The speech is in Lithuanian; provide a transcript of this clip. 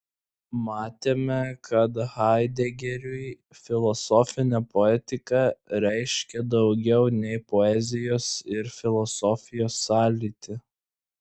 matėme kad haidegeriui filosofinė poetika reiškia daugiau nei poezijos ir filosofijos sąlytį